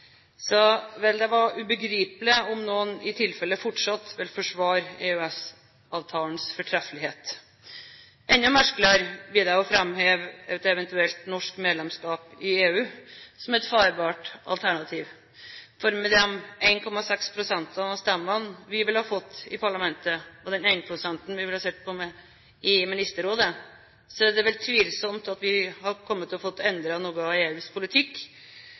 det være ubegripelig om noen i tilfelle fortsatt vil forsvare EØS-avtalens fortreffelighet. Enda merkeligere blir det å framheve et eventuelt norsk medlemskap i EU som et farbart alternativ, for med de 1,6 pst.-ene av stemmene vi ville fått i parlamentet, og den 1 pst.-en vi ville sittet på i Ministerrådet, er det vel tvilsomt om vi fikk endret noe av EUs politikk på dette området eller andre områder med det første. Senterpartiet mener Posten fortsatt er en del av